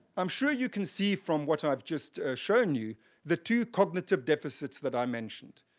i'm sure you can see from what i've just shown you the two cognitive deficits that i mentioned.